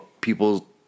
people